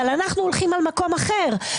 אבל אנחנו הולכים למקום אחר.